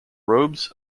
robes